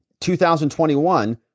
2021